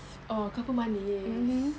oh kau pun manis